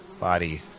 body